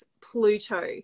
Pluto